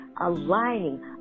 aligning